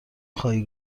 خواهی